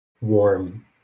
warm